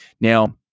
Now